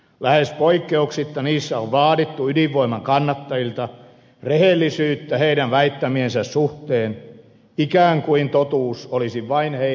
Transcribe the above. lähes poikkeuksetta niissä on vaadittu ydinvoiman kannattajilta rehellisyyttä heidän väittämiensä suhteen ikään kuin totuus olisi vain heidän hallussaan